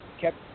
kept